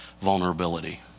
vulnerability